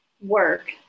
work